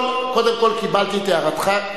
קודם כול, קיבלתי את הערתך.